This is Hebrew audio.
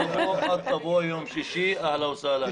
אהלן וסהלן.